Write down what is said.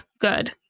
good